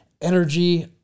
energy